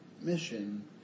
mission